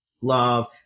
love